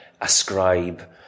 ascribe